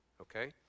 Okay